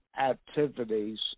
activities